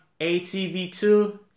ATV2